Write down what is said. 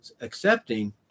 accepting